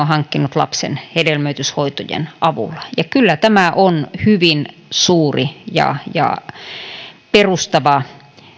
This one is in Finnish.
hankkinut lapsen hedelmöityshoitojen avulla ja kyllä tämä on hyvin suuri ja ja perustava